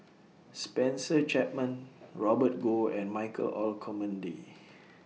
Spencer Chapman Robert Goh and Michael Olcomendy